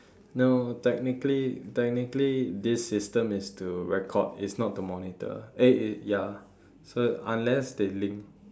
no technically technically this system is to record it's not to monitor eh ya so unless they link